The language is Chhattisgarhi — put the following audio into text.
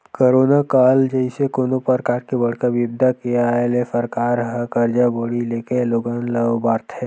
करोना काल जइसे कोनो परकार के बड़का बिपदा के आय ले सरकार ह करजा बोड़ी लेके लोगन ल उबारथे